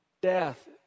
death